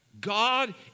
God